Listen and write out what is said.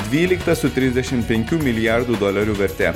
dvylikta su trisdešim penkių milijardų dolerių verte